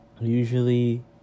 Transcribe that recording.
usually